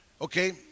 Okay